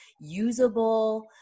usable